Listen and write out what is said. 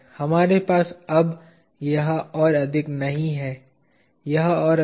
हमारे पास अब यह ओर अधिक नहीं हैयह और अधिक